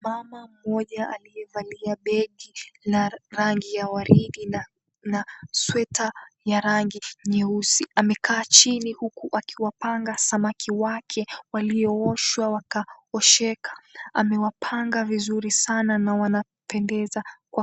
Mama mmoja aliyevalia begi la rangi ya waridi na sweta ya rangi nyeusi amekaa chini huku akiwapanga samaki wake waliooshwa wakaosheka. Amewapanga vizuri sana na wanapendeza.